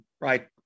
right